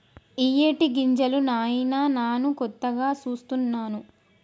ఇయ్యేటి గింజలు నాయిన నాను కొత్తగా సూస్తున్నాను